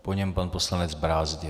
Po něm pan poslanec Brázdil.